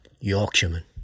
Yorkshireman